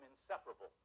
inseparable